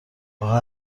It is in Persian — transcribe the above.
آخه